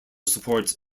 supports